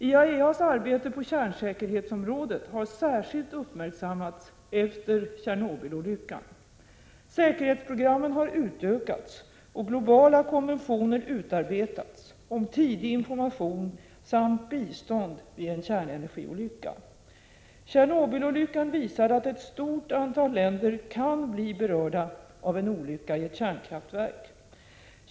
IAEA:s arbete på kärnsäkerhetsområdet har särskilt uppmärksammats efter Tjernobylolyckan. Säkerhetsprogrammen har utökats och globala konventioner utarbetats om tidig information samt bistånd vid en kärnenergiolycka. Tjernobylolyckan visade att ett stort antal länder kan bli berörda av en olycka i ett kärnkraftverk.